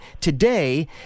today